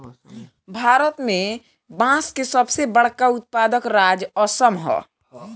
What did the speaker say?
भारत में बांस के सबसे बड़का उत्पादक राज्य असम ह